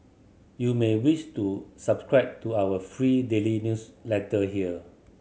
you may wish to subscribe to our free daily newsletter here